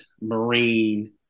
Marine